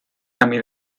camí